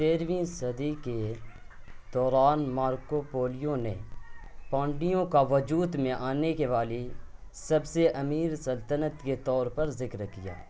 تیرہویں صدی کے دوران مارکو پولیو نے پانڈیوں کا وجود میں آنے کے والی سب سے امیر سلطنت کے طور پر ذکر کیا